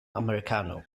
americano